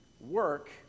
work